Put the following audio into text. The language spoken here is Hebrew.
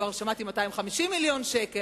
כבר שמעתי 250 מיליון שקל,